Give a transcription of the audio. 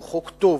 הוא חוק טוב.